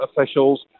officials